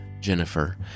Jennifer